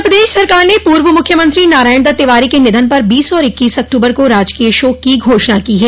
उत्तर प्रदेश सरकार ने पूर्व मुख्यमंत्री नारायण दत्त तिवारी के निधन पर बीस और इक्कीस अक्टूबर को राजकीय शोक की घोषणा की है